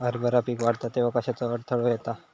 हरभरा पीक वाढता तेव्हा कश्याचो अडथलो येता?